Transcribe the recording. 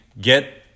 Get